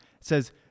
says